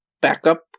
backup